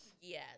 Yes